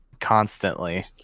constantly